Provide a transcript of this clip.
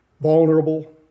vulnerable